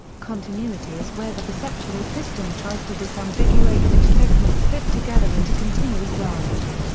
continuity is where the perceptual system tries to disambiguate which segments fit together into continuous lines.